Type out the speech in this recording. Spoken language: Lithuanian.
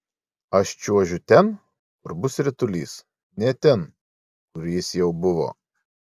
aš čiuožiu ten kur bus ritulys ne ten kur jis jau buvo